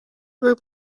group